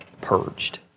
purged